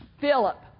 Philip